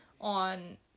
On